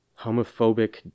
homophobic